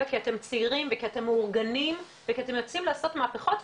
כי אתם צעירים וכי אתם מאורגנים וכי אתם יוצאים לעשות מהפכות,